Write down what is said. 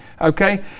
Okay